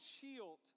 shield